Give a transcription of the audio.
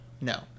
No